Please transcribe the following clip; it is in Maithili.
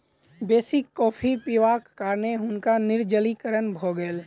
बेसी कॉफ़ी पिबाक कारणें हुनका निर्जलीकरण भ गेल